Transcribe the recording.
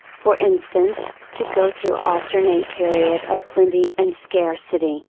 for instance, to go through alternate periods of plenty and scarcity,